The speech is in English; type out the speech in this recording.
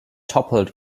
toppled